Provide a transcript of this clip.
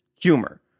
humor